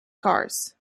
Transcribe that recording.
cars